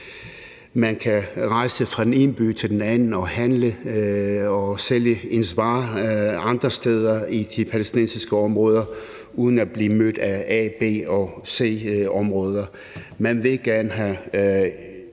de kan rejse fra den ene by til den anden og handle og sælge deres varer andre steder i de palæstinensiske områder uden at blive mødt af a-, b- og c-områder.